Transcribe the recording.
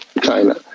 China